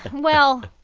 well,